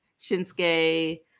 Shinsuke